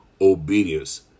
obedience